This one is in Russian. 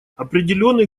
определенный